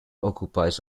occupies